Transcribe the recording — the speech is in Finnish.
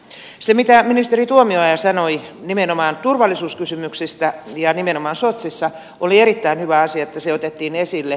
oli erittäin hyvä asia että se mitä ministeri tuomioja sanoi nimenomaan turvallisuuskysymyksistä ja nimenomaan sotsissa oli erittäin hyvä asia se otettiin esille